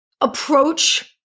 approach